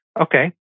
okay